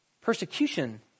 Persecution